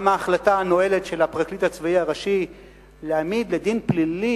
גם ההחלטה הנואלת של הפרקליט הצבאי הראשי להעמיד לדין פלילי